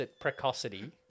Precocity